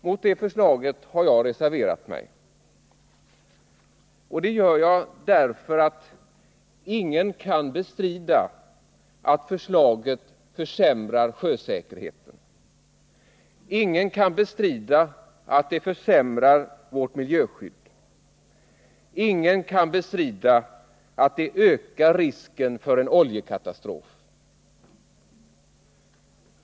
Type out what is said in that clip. Mot det förslaget har jag reserverat mig, och det gör jag därför att ingen kan bestrida att förslaget försämrar sjösäkerheten, ingen kan bestrida att det försvagar vårt miljöskydd och ingen kan bestrida att det ökar risken för en oljekatastrof.